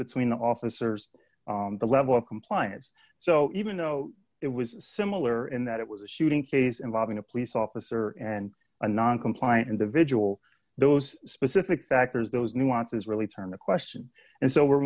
between the officers the level of compliance so even though it was similar in that it was a shooting case involving a police officer and a non compliant individual those specific factors those nuances really turned the question and so